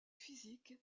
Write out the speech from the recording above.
physiques